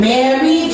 Mary